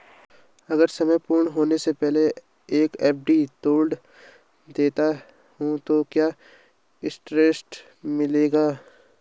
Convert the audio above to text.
अगर समय पूर्ण होने से पहले एफ.डी तोड़ देता हूँ तो क्या इंट्रेस्ट मिलेगा?